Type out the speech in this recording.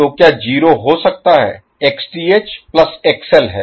तो क्या 0 हो सकता है Xth प्लस XL है